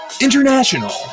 International